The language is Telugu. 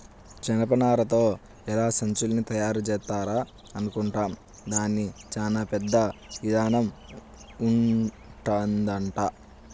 జనపనారతో ఎలా సంచుల్ని తయారుజేత్తారా అనుకుంటాం, దానికి చానా పెద్ద ఇదానం ఉంటదంట